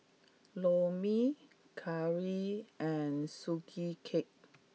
Lor Mee Curry and Sugee Cake